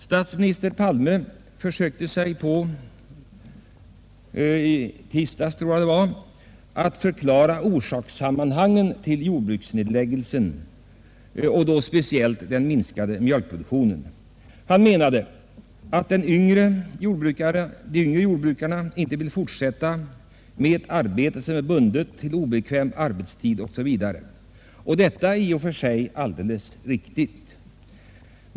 Statsminister Palme försökte i tisdags förklara orsakerna till jordbruksnedläggningarna, speciellt den minskade mjölkproduktionen. Han menade att de yngre jordbrukarna inte vill fortsätta med ett arbete som är bundet till obekväm arbetstid osv. Detta är i och för sig alldeles riktigt.